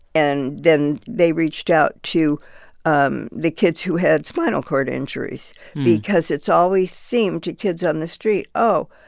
and then they reached out to um the kids who had spinal cord injuries because it's always seemed to kids on the street, oh,